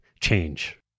change